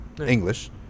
English